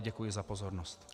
Děkuji za pozornost.